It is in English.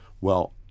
Well-